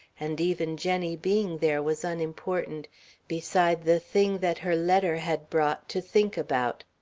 and even jenny being there was unimportant beside the thing that her letter had brought to think about.